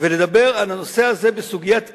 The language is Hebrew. ולדבר על הנושא הזה בסוגיית אי-אמון,